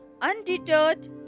Undeterred